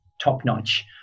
top-notch